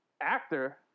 Actor